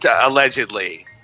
allegedly